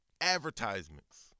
advertisements